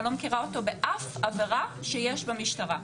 אני לא מכירה אותו באף עבירה שיש במשטרה.